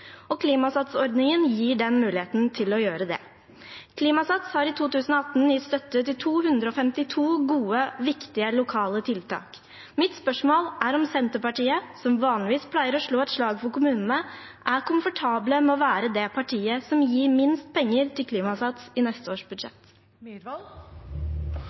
og Klimasats-ordningen gir dem muligheten til å være det. Klimasats har i 2018 gitt støtte til 252 gode, viktige lokale tiltak. Mitt spørsmål er om Senterpartiet, som vanligvis pleier å slå et slag for kommunene, er komfortabel med å være det partiet som gir minst penger til Klimasats i neste års